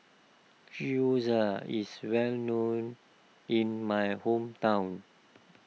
Gyoza is well known in my hometown